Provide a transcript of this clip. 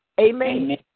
amen